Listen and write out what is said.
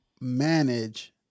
manage